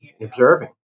observing